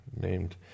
named